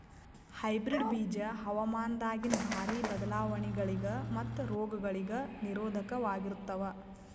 hybrid ಬೀಜ ಹವಾಮಾನದಾಗಿನ ಭಾರಿ ಬದಲಾವಣೆಗಳಿಗ ಮತ್ತು ರೋಗಗಳಿಗ ನಿರೋಧಕವಾಗಿರುತ್ತವ